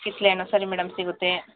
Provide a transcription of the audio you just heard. ಕಿತ್ಳೆ ಹಣ್ಣು ಸರಿ ಮೇಡಮ್ ಸಿಗುತ್ತೆ